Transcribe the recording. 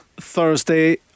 Thursday